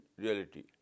reality